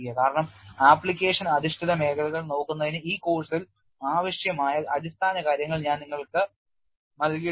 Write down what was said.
കാരണം ആപ്ലിക്കേഷൻ അധിഷ്ഠിത മേഖലകൾ നോക്കുന്നതിന് ഈ കോഴ്സിൽ ആവശ്യമായ അടിസ്ഥാനകാര്യങ്ങൾ ഞാൻ നിങ്ങൾക്ക് നൽകിയിട്ടുണ്ട്